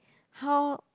how